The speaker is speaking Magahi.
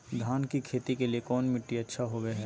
धान की खेती के लिए कौन मिट्टी अच्छा होबो है?